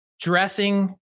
dressing